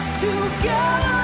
together